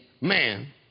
man